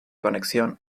conexión